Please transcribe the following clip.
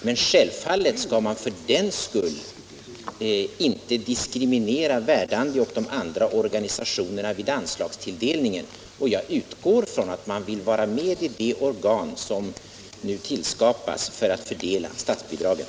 Men självfallet skall för den skull inte Verdandi och de andra organisationerna diskrimineras vid anslagstilldelningen, och jag utgår ifrån att de vill vara med i det organ som nu tillskapas för att fördela statsbidragen.